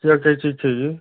क्या क्या चीज़ चाहिए